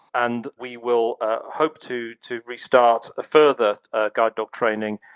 and we will hope to to restart further guide dog training,